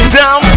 down